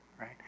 right